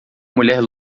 mulher